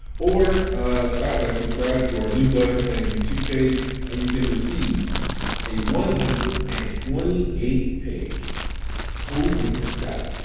or subscribe to our newsletter and youtube page and you can receive a one hundred and twenty eight page pool maintenance guide.